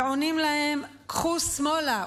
ועונים להם: קחו שמאלה,